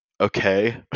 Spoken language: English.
okay